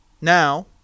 Now